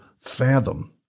fathom